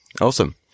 awesome